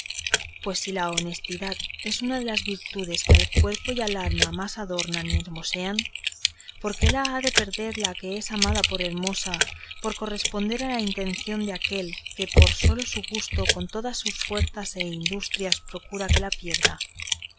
pues si la honestidad es una de las virtudes que al cuerpo y al alma más adornan y hermosean por qué la ha de perder la que es amada por hermosa por corresponder a la intención de aquel que por sólo su gusto con todas sus fuerzas e industrias procura que la pierda